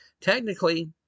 technically